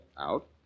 Out